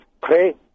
pray